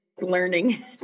learning